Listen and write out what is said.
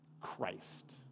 Christ